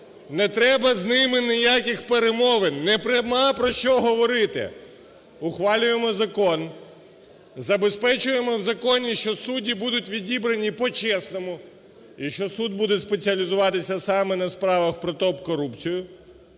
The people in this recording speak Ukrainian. Не треба з ними ніяких перемовин, немає про що говорити. Ухвалюємо закон, забезпечуємо в законі, що судді будуть відібрані по-чесному і що суд буде спеціалізуватися саме на справах про топ-корупцію,